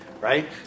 right